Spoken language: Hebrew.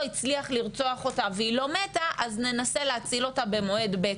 הצליח לרצוח אותה והיא לא מתה - אז ננסה להציל אותה במועד ב'.